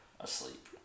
asleep